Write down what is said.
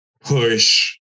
push